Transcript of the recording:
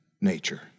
nature